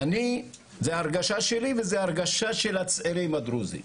בהרגשה שלי ושל הצעירים הדרוזים,